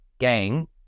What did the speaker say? gang